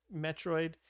Metroid